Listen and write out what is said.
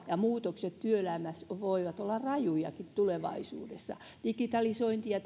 ja muutokset työelämässä voivat olla rajujakin tulevaisuudessa digitalisointi ja